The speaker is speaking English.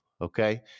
okay